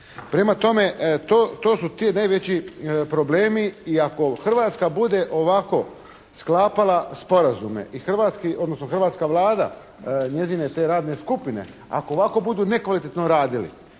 Prema tome, to su ti najveći problemi i ako Hrvatska bude ovako sklapala sporazume i, odnosno hrvatska Vlada i njezine te radne skupine ako ovako budu nekvalitetno radili